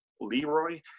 Leroy